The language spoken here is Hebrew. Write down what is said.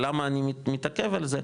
למה אני מתעכב על זה,